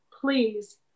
please